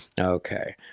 Okay